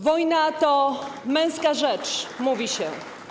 Wojna to męska rzecz - mówi się.